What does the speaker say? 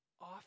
off